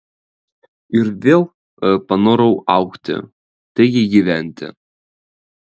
ir vėl panorau augti taigi gyventi